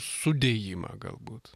sudėjimą galbūt